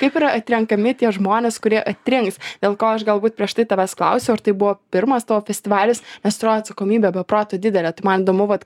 kaip yra atrenkami tie žmonės kurie atrinks dėl ko aš galbūt prieš tai tavęs klausiau ar tai buvo pirmas tavo festivalis nes atro atsakomybė be proto didelė tai man įdomu vat